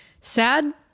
sad